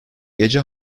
gece